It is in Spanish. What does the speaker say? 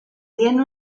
tiene